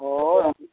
ᱦᱳᱭ